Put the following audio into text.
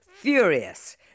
furious